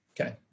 Okay